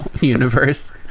universe